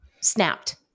snapped